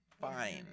fine